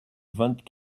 vingt